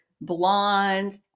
blonde